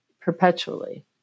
perpetually